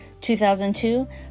2002